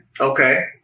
Okay